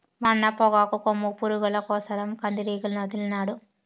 మా అన్న పొగాకు కొమ్ము పురుగుల కోసరం కందిరీగలనొదిలినాడు